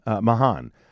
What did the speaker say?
Mahan